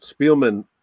Spielman